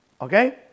Okay